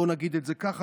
בוא נגיד את זה ככה,